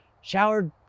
showered